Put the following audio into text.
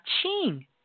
Ching